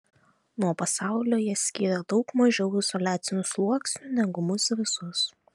nuo pasaulio ją skyrė daug mažiau izoliacinių sluoksnių negu mus visus